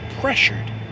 pressured